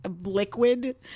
liquid